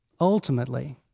Ultimately